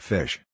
Fish